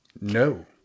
No